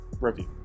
review